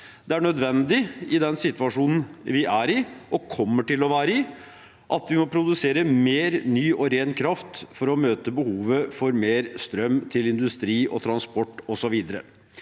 Det er nødvendig i den situasjonen vi er i, og kommer til å være i, at vi må produsere mer ny og ren kraft for å møte behovet for mer strøm til industri, transport osv.